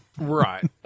Right